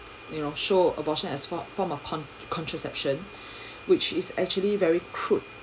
you know show abortion as for form of con~ contraception which is actually very crude